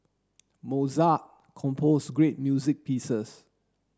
Mozart compose great music pieces